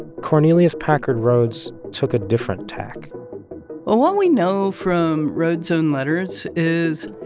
cornelius packard rhoads took a different tack well, what we know from rhoads in letters is,